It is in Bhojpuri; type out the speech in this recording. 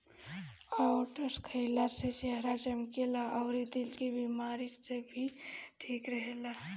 ओट्स खाइला से चेहरा चमकेला अउरी दिल के बेमारी में भी इ ठीक रहेला